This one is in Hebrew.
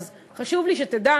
אז חשוב לי שתדע